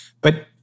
But-